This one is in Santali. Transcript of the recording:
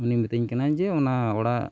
ᱩᱱᱤ ᱢᱤᱛᱟᱹᱧ ᱠᱟᱱᱟᱭ ᱡᱮ ᱚᱱᱟ ᱚᱲᱟᱜ